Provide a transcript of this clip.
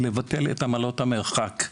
לבטל את עמלות המרחק.